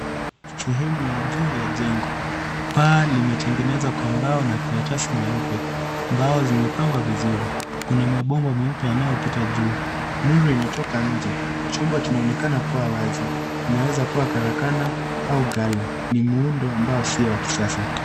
Sehemu ya juu ya jengo. Paa limetengenzwa kwa mbao na karatasi nyeupe. Mbao zimepangwa vizuri. Kuna mabomba meupe yaanyopita juu. Nuru inatoka nje. Chumba kinaonekana kuwa wazi. Inaweza kuwa karakana au ghala. Ni muundo ambao sio wa kisasa.